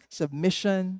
submission